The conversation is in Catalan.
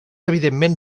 evidentment